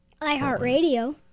iHeartRadio